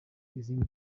izindi